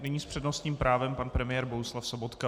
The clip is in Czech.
Nyní s přednostním právem pan premiér Bohuslav Sobotka.